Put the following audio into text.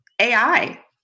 AI